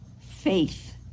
faith